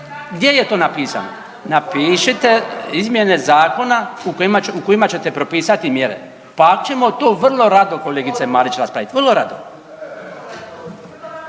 je to napisano? Napišite izmjene zakona u kojima ćete propisati mjere, pa ćemo to vrlo rado kolegice Marić raspravit, vrlo rado.